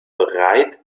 bereit